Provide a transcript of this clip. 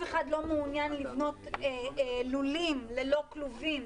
אחד לא מעוניין לבנות לולים ללא כלובים,